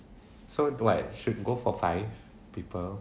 so do what should go for five people